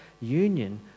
union